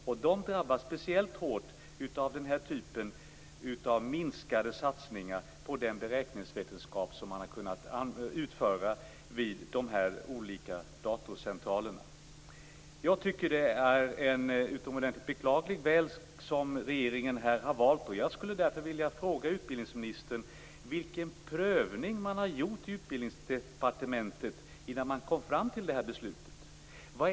De områdena drabbas speciellt hårt av den här typen av minskade satsningar på den verksamhet som har utförts vid de olika datorcentralerna. Jag tycker att det är en utomordentligt beklaglig väg som regeringen här har valt, och jag skulle därför vilja fråga utbildningsministern vilken prövning man har gjort på Utbildningsdepartementet innan man kom fram till det här beslutet.